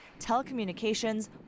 telecommunications